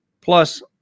Plus